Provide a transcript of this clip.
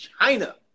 China